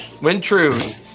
Wintrude